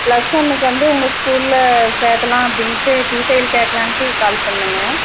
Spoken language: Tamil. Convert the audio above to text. பிளஸ் ஒன்னுக்கு வந்து உங்கள் ஸ்கூலில் சேர்க்கலாம் அப்டீண்டு டீடைல் கேட்க்கலாண்டு கால் பண்ணங்க